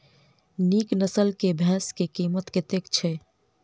नीक नस्ल केँ भैंस केँ कीमत कतेक छै?